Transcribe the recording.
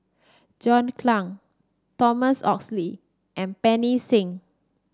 John Clang Thomas Oxley and Pancy Seng